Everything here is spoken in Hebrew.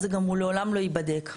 אז הוא לעולם לא ייבדק.